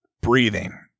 breathing